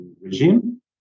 regime